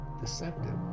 deceptive